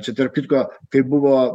čia tarp kitko kai buvo